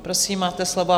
Prosím, máte slovo.